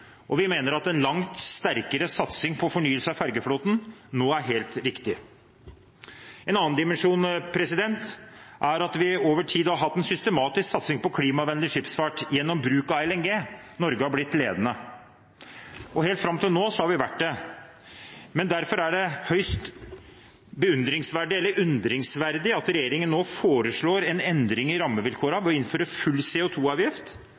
og vi mener at en langt sterkere satsing på fornyelse av fergeflåten nå er helt riktig. En annen dimensjon er at vi over tid har hatt en systematisk satsing på klimavennlig skipsfart gjennom bruk av LNG. Norge har blitt ledende. Og helt fram til nå har vi vært det. Men derfor er det høyst beundringsverdig – eller undringsverdig – at regjeringen nå foreslår en endring i